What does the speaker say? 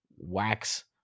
wax